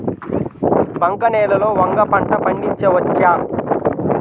బంక నేలలో వంగ పంట పండించవచ్చా?